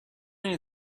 این